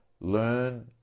Learn